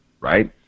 right